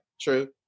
true